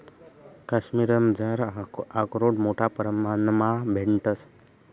काश्मिरमझार आकरोड मोठा परमाणमा भेटंस